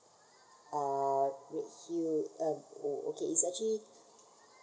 uh redhill um orh orh is actually